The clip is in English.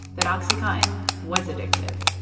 that oxycontin was addictive.